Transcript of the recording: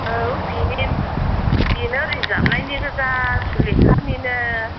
औ बिनि बिनो रोजाबनायनि गोजा सुलेखानिनो